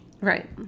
Right